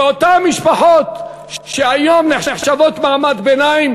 כי אותן משפחות שהיום נחשבות מעמד ביניים,